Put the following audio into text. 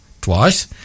twice